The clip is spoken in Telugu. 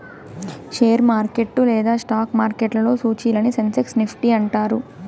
షేరు మార్కెట్ లేదా స్టాక్ మార్కెట్లో సూచీలని సెన్సెక్స్ నిఫ్టీ అంటారు